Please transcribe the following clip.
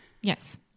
Yes